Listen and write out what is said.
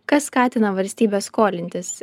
kas skatina valstybę skolintis